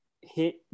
hit